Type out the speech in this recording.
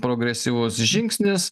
progresyvus žingsnis